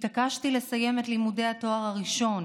התעקשתי לסיים את לימודי התואר הראשון